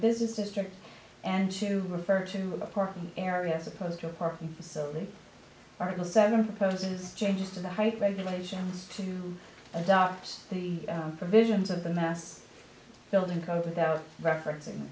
business district and to refer to a parking area as opposed to a parking facility article seven proposes changes to the height regulations to adopt the provisions of the mass building code without referencing